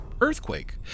earthquake